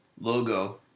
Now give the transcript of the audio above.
logo